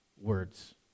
words